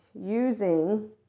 using